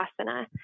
asana